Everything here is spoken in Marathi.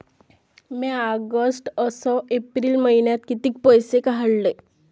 म्या ऑगस्ट अस एप्रिल मइन्यात कितीक पैसे काढले?